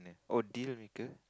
oh dealer maker